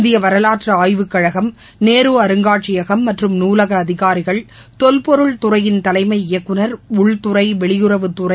இந்தியவரவாற்றுஆய்வுக் கழகம் நேருஅருங்காட்சியகம் மற்றும் நூலகஅதிகாரிகள் தொல்பொருள் துறையின் தலைமை இயக்குநர் உள்துறை வெளியுறவுத்துறை